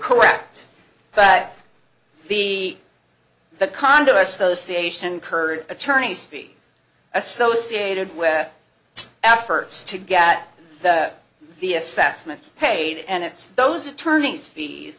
correct but the the condo association curd attorneys fees associated with efforts to get the assessments paid and it's those attorneys fees